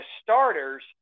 starters